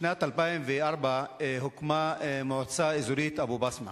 בשנת 2004 הוקמה המועצה האזורית אבו-בסמה